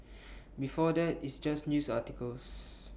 before that it's just news articles